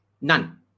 None